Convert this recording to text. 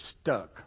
stuck